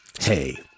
Hey